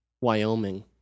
Wyoming